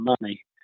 money